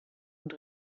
und